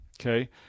okay